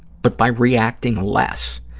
but by reacting less.